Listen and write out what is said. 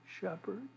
shepherd